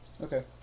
okay